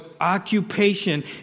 occupation